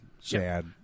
sad